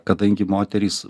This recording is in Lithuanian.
kadangi moterys